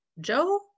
Joe